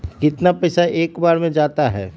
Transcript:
कितना पैसा एक बार में जाता है?